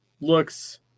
looks